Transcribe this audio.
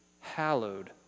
hallowed